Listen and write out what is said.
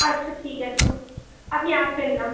আচ্ছা ঠিক আছে আপনি আসবেন না